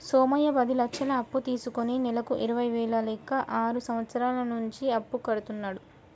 సోమయ్య పది లక్షలు అప్పు తీసుకుని నెలకు ఇరవై వేల లెక్క ఆరు సంవత్సరాల నుంచి అప్పు కడుతున్నాడు